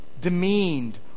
demeaned